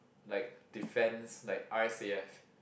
like defense like r_s_a_f